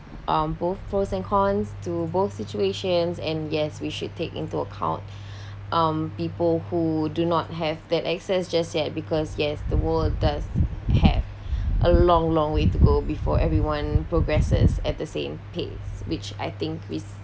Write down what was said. um both pros and cons to both situations and yes we should take into account um people who do not have that access just yet because yes the world does have a long long way to go before everyone progresses at the same pace which I think is